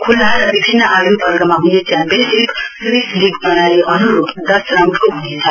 खुला र विभिन्न आयु वर्गमा हुने च्याम्पियनशीप स्वीस लीग प्रणाली अनुरुप दस राउण्डको हुनेछ